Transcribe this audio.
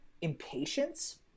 impatience